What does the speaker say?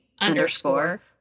underscore